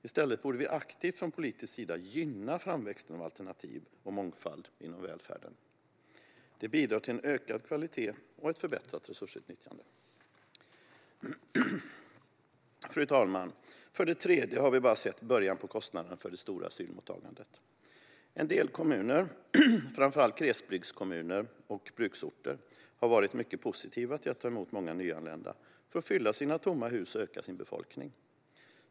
I stället borde vi aktivt från politisk sida gynna framväxten av alternativ och mångfald inom välfärden. Det bidrar till en ökad kvalitet och ett förbättrat resursutnyttjande. Fru talman! För det tredje har vi bara sett början på kostnaderna för det stora asylmottagandet. En del kommuner - det gäller framför allt glesbygdskommuner och bruksorter - har varit mycket positiva till att ta emot många nyanlända för att fylla sina tomma hus och öka sin befolkning.